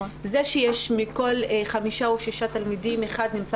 זה שיש מכל חמישה או שישה תלמידים אחד שנמצא